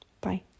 Bye